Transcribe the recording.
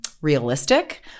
realistic